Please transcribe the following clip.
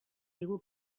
digu